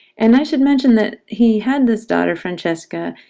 and i should mention that he had this daughter, francesca,